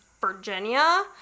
Virginia